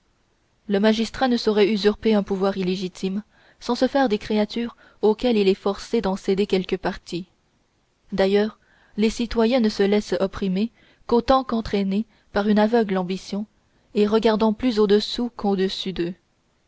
le magistrat ne saurait usurper un pouvoir illégitime sans se faire des créatures auxquelles il est forcé d'en céder quelque partie d'ailleurs les citoyens ne se laissent opprimer qu'autant qu'entraînés par une aveugle ambition et regardant plus au-dessous qu'au-dessus d'eux